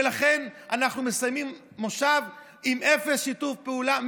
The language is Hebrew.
ולכן, אנחנו מסיימים מושב עם אפס שיתוף פעולה.